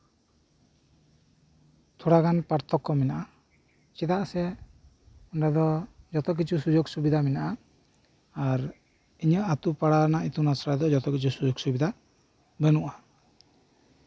ᱛᱷᱚᱲᱟᱜᱟᱱ ᱯᱟᱨᱛᱷᱚᱠᱚ ᱢᱮᱱᱟᱜᱼᱟ ᱪᱮᱫᱟᱜ ᱥᱮ ᱚᱱᱰᱮ ᱫᱚ ᱡᱚᱛᱚ ᱠᱤᱪᱷᱩ ᱥᱩᱡᱳᱜ ᱥᱩᱵᱤᱫᱷᱟ ᱢᱮᱱᱟᱜᱼᱟ ᱟᱨ ᱤᱧᱟᱹᱜ ᱟᱹᱛᱩ ᱯᱟᱲᱟᱜ ᱨᱮᱱᱟᱜ ᱤᱛᱩᱱ ᱟᱥᱲᱟ ᱫᱚ ᱡᱚᱛᱚᱨᱚᱠᱚᱢᱟᱜ ᱥᱩᱡᱳᱜ ᱥᱩᱵᱤᱫᱷᱟ ᱵᱟᱹᱱᱩᱜᱼᱟ